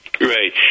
Right